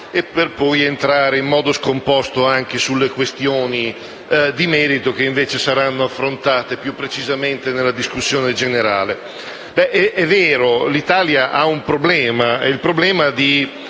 per poi entrare in modo scomposto anche sulle questioni di merito che, invece, saranno affrontate più precisamente nella discussione generale. È vero, l'Italia, rispetto a tanti